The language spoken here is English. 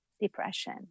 depression